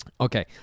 Okay